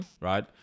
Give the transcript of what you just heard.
Right